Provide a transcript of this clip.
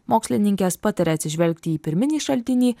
mokslininkės pataria atsižvelgti į pirminį šaltinį